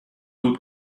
tut